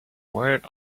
word